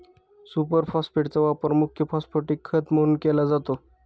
super फॉस्फेटचा वापर मुख्य फॉस्फॅटिक खत म्हणून केला जातो